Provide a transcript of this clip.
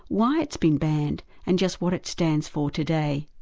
why it's been banned, and just what it stands for today.